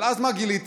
אבל אז מה גיליתי?